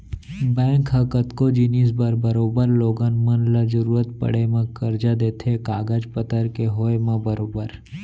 bank ह कतको जिनिस बर बरोबर लोगन मन ल जरुरत पड़े म करजा देथे कागज पतर के होय म बरोबर